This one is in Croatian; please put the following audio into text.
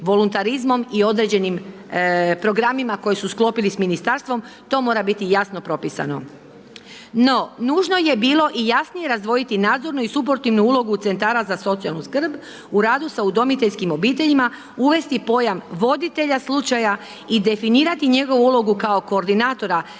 i određenim programima koje su sklopili s ministarstvom, to mora biti jasno propisano. No, nužno je bilo i jasnije razdvojiti nadzornu i suportivnu ulogu centara za socijalnu skrb u radu sa udomiteljskim obiteljima, uvesti pojam voditelja slučaja i definirati njegovu kao koordinatora